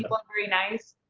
people are very nice!